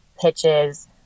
pitches